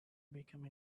become